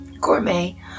Gourmet